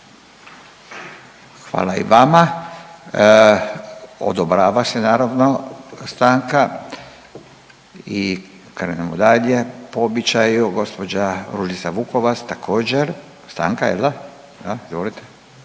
hvala i vama, odobrava se naravno stanka i krenemo dalje po običaju. Gospođa Ružica Vukovac, stanka jel da? Izvolite.